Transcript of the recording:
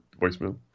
voicemail